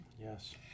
Yes